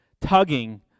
tugging